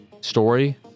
story